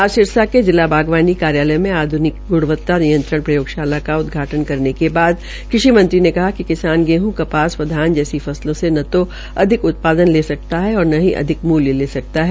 आज सिरसा के जिला बागवानी कार्यालय में आध्निक गृणवता नियंत्रण प्रयोगशाला का उदघाटन करने के बाद कृषि मंत्री ने कहा कि किसान गेहूं कपास व धान जैसी फसलो से न तो अधिक उत्पादन ले सकता है और न ही अधिक मूल्य ले सकता है